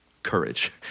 courage